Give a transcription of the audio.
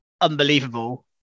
unbelievable